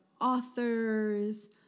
authors